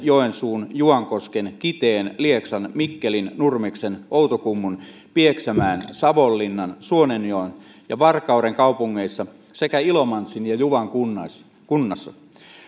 joensuun juankosken kiteen lieksan mikkelin nurmeksen outokummun pieksämäen savonlinnan suonenjoen ja varkauden kaupungeissa sekä ilomantsin ja juvan kunnissa kunnissa